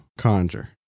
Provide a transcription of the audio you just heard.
conjure